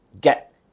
get